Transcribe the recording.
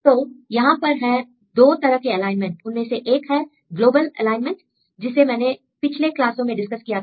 तो यहां पर हैं दो तरह के एलाइनमेंट उनमें से एक है ग्लोबल एलाइनमेंट जिसे मैंने पिछले क्लासों में डिस्कस किया था